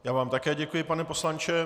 Já vám také děkuji, pane poslanče.